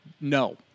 no